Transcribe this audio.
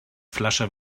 flasche